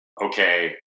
okay